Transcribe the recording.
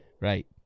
Right